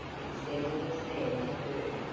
extending his hand to her,